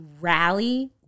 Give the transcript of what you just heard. rally